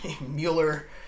Mueller